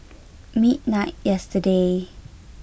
midnight yesterday